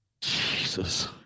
Jesus